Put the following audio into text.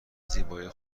زیبایی